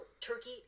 Turkey